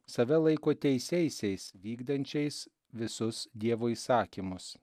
save laiko teisiaisiais vykdančiais visus dievo įsakymus